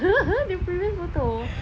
the previous photo